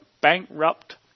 bankrupt